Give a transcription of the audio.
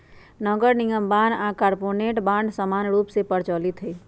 नगरनिगम बान्ह आऽ कॉरपोरेट बॉन्ड समान्य रूप से प्रचलित हइ